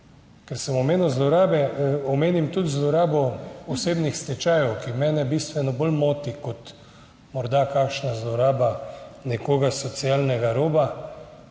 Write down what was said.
Ker sem omenil zlorabe, omenim tudi zlorabo osebnih stečajev, ki mene bistveno bolj moti kot morda kakšna zloraba nekoga s socialnega roba.